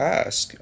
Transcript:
ask